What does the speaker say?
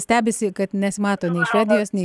stebisi kad nesimato nei švedijos nei